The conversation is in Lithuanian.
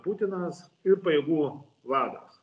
putinas ir pajėgų vadas